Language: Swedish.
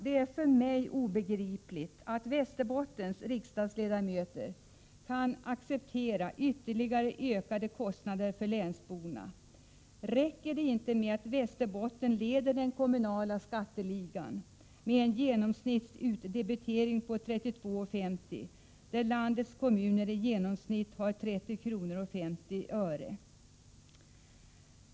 Det är för mig obegripligt att Västerbottens riksdagsledamöter kan acceptera ytterligare ökade kostnader för länsborna. Räcker det inte med att Västerbotten leder den kommunala skatteligan med en genomsnittsutdebitering på 32:50 kr., när landets kommuner i genomsnitt har 30:50?